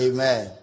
Amen